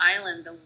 island